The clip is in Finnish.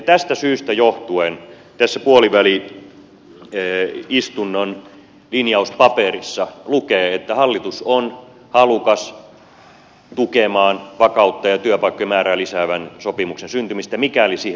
tästä syystä johtuen tässä puoliväli istunnon linjauspaperissa lukee että hallitus on halukas tukemaan vakautta ja työpaikkojen määrää lisäävän sopimuksen syntymistä mikäli siihen tahtoa on